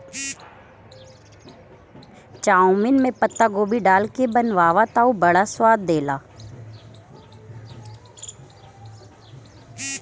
chowmein में पातगोभी डाल के बनावअ तअ बड़ा स्वाद देला